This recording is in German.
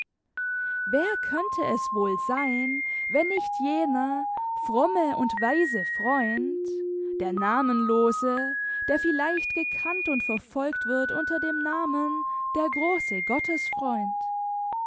wer könnte es wohl sein wenn nicht jener fromme und weise freund der namenlose der vielleicht gekannt und verfolgt wird unter dem namen der große